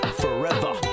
forever